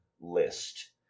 list